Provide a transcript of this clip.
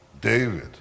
David